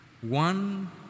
One